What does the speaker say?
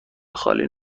خالی